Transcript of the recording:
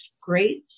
great